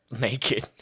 naked